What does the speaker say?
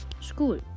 School